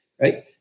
right